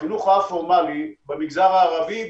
החינוך העל-פורמלי במגזר הערבי,